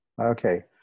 Okay